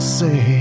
say